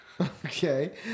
Okay